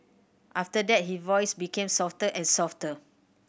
after that his voice became softer and softer